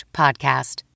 podcast